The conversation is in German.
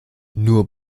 nur